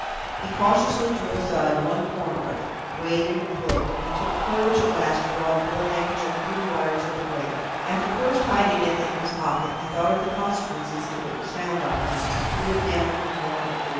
he cautiously drew aside one corner of it, waited, looked, and took courage at last to draw the whole handkerchief through the wires of the grating. after first hiding it in his pocket, he thought of the consequences if it was found on him, and threw it down in a corner of the room.